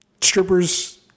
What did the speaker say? Strippers